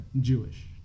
Jewish